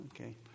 Okay